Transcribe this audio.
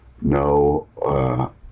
no